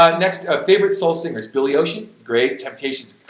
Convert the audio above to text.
ah next, ah favorite soul singers billy ocean. great. temptations.